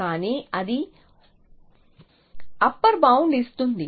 కానీ అది upper bound ఇస్తుంది